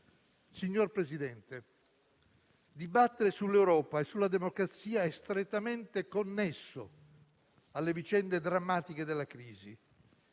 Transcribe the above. Signor Presidente, dibattere sull'Europa e sulla democrazia è strettamente connesso alle vicende drammatiche della crisi.